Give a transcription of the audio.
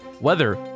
weather